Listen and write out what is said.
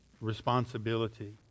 responsibility